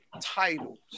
titles